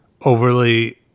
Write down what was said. overly